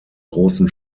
großen